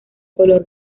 color